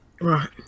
Right